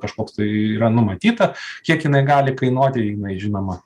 kažkoks tai yra numatyta kiek jinai gali kainuoti jinai žinoma